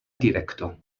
direkto